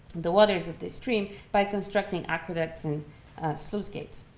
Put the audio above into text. the waters of the stream by constructing aqueducts and sluice gates.